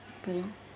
கையும்:kaiyum